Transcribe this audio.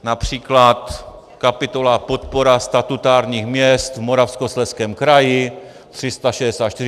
Například kapitola Podpora statutárních měst v Moravskoslezském kraji 364.